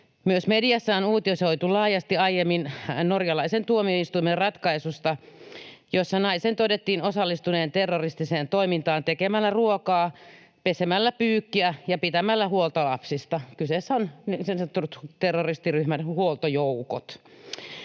Myös mediassa on aiemmin uutisoitu laajasti norjalaisen tuomioistuimen ratkaisusta, jossa naisen todettiin osallistuneen terroristiseen toimintaan tekemällä ruokaa, pesemällä pyykkiä ja pitämällä huolta lapsista — kyseessä on niin sanotut terroristiryhmän huoltojoukot.